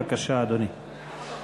בבקשה, אדוני.